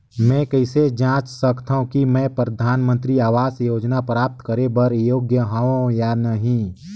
मैं कइसे जांच सकथव कि मैं परधानमंतरी आवास योजना प्राप्त करे बर योग्य हववं या नहीं?